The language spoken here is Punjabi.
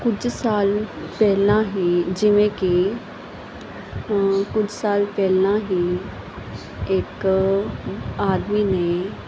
ਕੁਝ ਸਾਲ ਪਹਿਲਾਂ ਹੀ ਜਿਵੇਂ ਕਿ ਕੁਝ ਸਾਲ ਪਹਿਲਾਂ ਹੀ ਇੱਕ ਆਦਮੀ ਨੇ